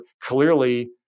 clearly